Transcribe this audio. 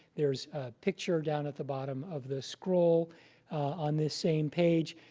there's a picture down at the bottom of the scroll on this same page,